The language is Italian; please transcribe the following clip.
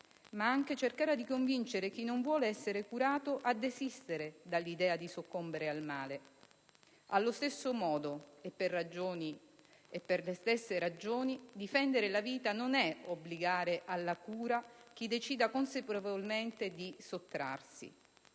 ma anche cercare di convincere chi non vuole essere curato a desistere dall'idea di soccombere al male. Allo stesso modo e per le stesse ragioni, difendere la vita non è obbligare alla cura chi decida consapevolmente di sottrarsi.